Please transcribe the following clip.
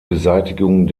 beseitigung